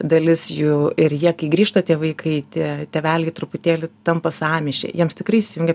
dalis jų ir jie grįžta tie vaikai tie tėveliai truputėlį tampa sąmyšy jiems tikrai įsijungia